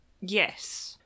Yes